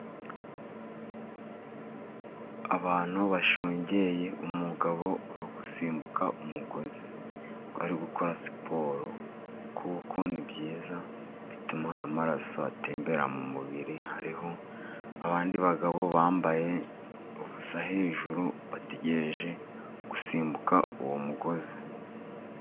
Abantu bashungeye umugabo urigusimbuka umugozi, ukwari gukora siporo kuko ni byiza bituma amaraso atembera mu mubiri, hariho abandi bagabo bambaye ubusa hejuru bategereje gusimbuka uwo mugozi.